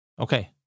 okay